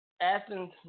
Athens